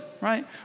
right